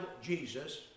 Jesus